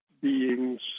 beings